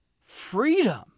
freedom